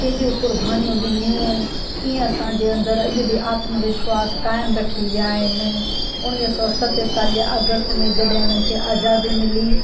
केॾियूं क़ुर्बानियूं ॾिनियूं कीअं असांजे अंदरु अॼ बि आत्मविश्वास क़ाइमु रखी विया आहिनि उणिवीह सौ सततालीह अगस्त में जॾहिं उन्हनि खे आज़ादी मिली